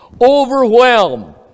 overwhelm